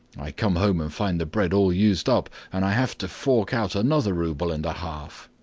i come home and find the bread all used up, and i have to fork out another rouble and a half.